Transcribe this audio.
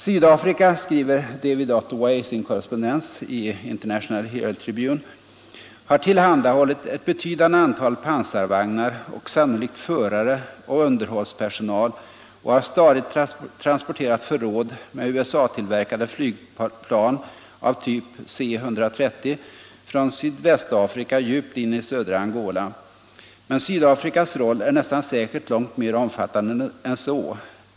”Sydafrika” skriver David Ottaway i sin korrespondens i International Herald Tribune, ”har tillhandahållit ett betydande antal pansarvagnar 43 och sannolikt förare och underhållspersonal och har stadigt transporterat förråd med USA-tillverkade flygplan av typ C-130 från Sydvästafrika djupt in i södra Angola. Men Sydafrikas roll är nästan säkert långt mer omfattande än så.